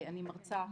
אני מרצה,